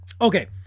Okay